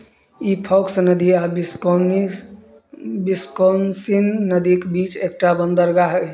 ई Fox नदी आ Wisconsin Wisconsin नदीक बीच एकटा बन्दरगाह अइ